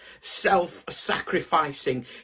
self-sacrificing